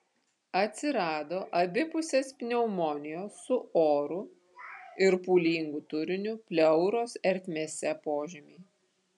atsirado abipusės pneumonijos su oru ir pūlingu turiniu pleuros ertmėse požymiai